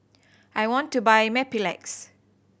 I want to buy Mepilex